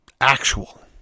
actual